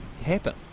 happen